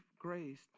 grace